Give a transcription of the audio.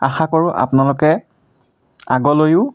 আশা কৰোঁ আপোনালোকে আগলৈও